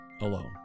alone